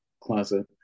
closet